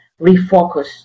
refocus